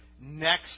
next